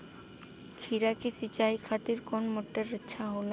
खीरा के सिचाई खातिर कौन मोटर अच्छा होला?